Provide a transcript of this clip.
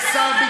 ואתה לא,